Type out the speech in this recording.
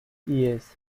yes